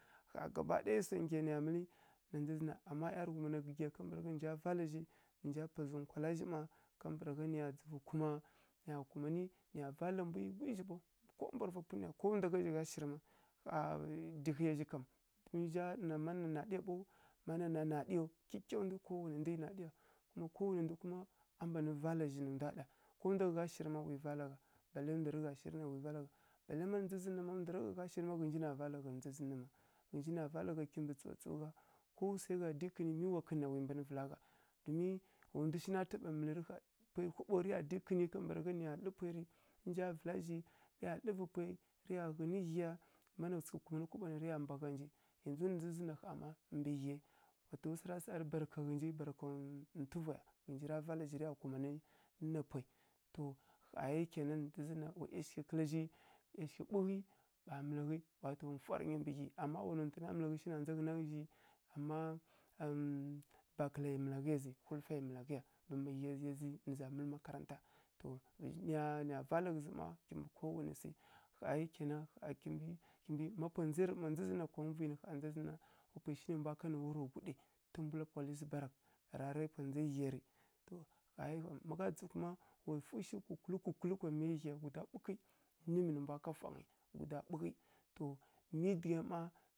Kha gaba ɗaya wsa nghiya niya mɨlin na ndza zǝ amma kuma ˈyarǝghium n a gǝghi ya nǝnja vala zhi nja pazǝ nkwala zhǝ ma kambǝragha niya dzuvǝ kuma niya kumani niya val mbwi ghwi zhi ɓau duk ndwa rǝ va pwunǝya ko ndwa gha zhigha shǝri ma kha dighǝya zhikam zhiu mban ɗana nina na naɗiya nina na naɗiya ɓau aa kyikyandwi naɗya ndzi zhi kam kuma a mbwa nǝ vaala zhinnǝ ndwa ɗa kuma ko ndwa gha gha gha shiri ma wa vaala gha balai ma ndzana naisha ma ndwa gha gha gha shǝri ma ghǝnji na vaala gha ghǝnji na vaala gha kimbǝ tsutsuwi ko wuwsari gha di mi wa kǝnna wi mbanǝ vǝla ka gha emm wan ndwishi na taɓa mǝlaurǝ kha riya di kaɓo kǝnio ka dlǝrǝ wvughǝya ni nja vǝla zhi niya dlǝvǝ pwai riya ghǝni ghiya mana sǝghǝ kumanǝ kaɓoya riya mbagha ghǝnji yanzu na ndza zǝnna kha na mbǝ ghi yi kuma bartka ntwuva ra vaala zhi riya kumani ninas pwai to kha yi kainan na ndza zǝ nna wa ˈyashǝghǝ kǝlazhi ɓughi ɓa zhi ɓa mǝlaghǝya wato mfwaɗǝ nyi mbǝ ghi sai dai nwa nontǝ na mǝlaghi kǝla zhi amma ba kǝla malghiya zi mǝsaghǝna malghǝya zi kuma makaranta na mǝla zi tana ghǝzi zhima niya vaala ghǝzi mbǝ makaranta to amma ma pwa nzazǝri naisha kwa muviyana na wa pwai shi nai mbwa ka nǝ wuro guɗǝ tǝmbwula police barak tarab pwan nza ghiya to ri magha dzi li wa wfwushi kukuli kukuli kwa maidǝgha ya ɓukǝ nim nǝmbwa ka wfwangyi guda ɓughi to myidǝghaya ma.